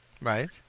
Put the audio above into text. Right